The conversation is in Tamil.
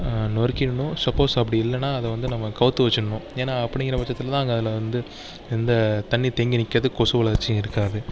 நொறுக்கிடணும் சப்போஸ் அப்படி இல்லைன்னா அதை வந்து நம்ம கவுத்து வச்சுடணும் ஏன்னால் அப்படிங்குற பட்சத்தில் தான் அங்கே அதில் வந்து எந்த தண்ணி தேங்கி நிற்காது கொசு வளர்ச்சி இருக்காது